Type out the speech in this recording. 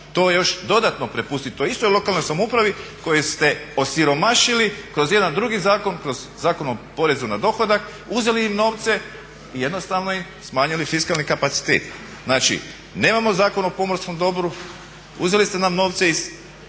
to još dodatno prepustiti toj istoj lokalnoj samoupravi koju ste osiromašili kroz jedan drugi zakon, kroz Zakon o porezu na dohodak, uzeli im novce i jednostavno im smanjili fiskalni kapacitet. Znači, nemamo Zakon o pomorskom dobru, uzeli ste nam novce